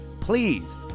please